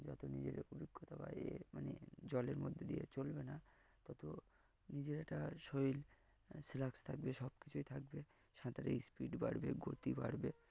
যত নিজের অভিজ্ঞতা বা এয়ে মানে জলের মধ্যে দিয়ে চলবে না তত নিজের একটা শরীর সিলাক্স থাকবে সব কিছুই থাকবে সাঁতারে স্পিড বাড়বে গতি বাড়বে